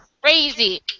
crazy